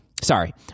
sorry